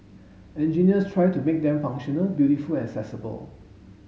engineers tried to make them functional beautiful and accessible